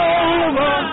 over